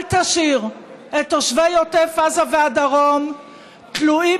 אל תשאיר את תושבי עוטף עזה והדרום תלויים